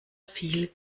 viel